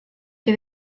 que